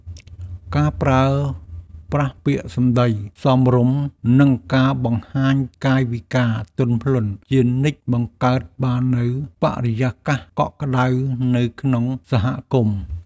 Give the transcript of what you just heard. ការប្រើប្រាស់ពាក្យសម្តីសមរម្យនិងការបង្ហាញកាយវិការទន់ភ្លន់ជានិច្ចបង្កើតបាននូវបរិយាកាសកក់ក្តៅនៅក្នុងសហគមន៍។